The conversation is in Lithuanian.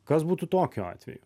kas būtų tokiu atveju